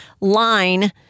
line